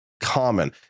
common